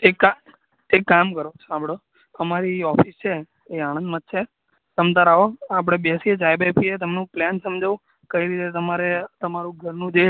એક કા એક કામ કરો સાંભળો અમારી ઓફિસ છે એ આણંદમાં જ છે તમ તમારે આવો આપણે બેસીએ ચાય બાય પીએ તમને હું પ્લેન સમજાવું કઈ રીતે તમારે તમારું ઘરનું જે